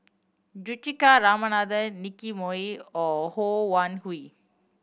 Juthika Ramanathan Nicky Moey or Ho Wan Hui